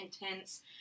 intense